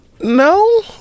no